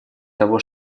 того